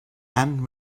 and